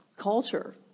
culture